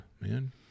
man